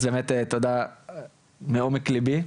אז באמת תודה מעומק לבי.